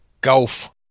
Golf